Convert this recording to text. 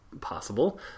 possible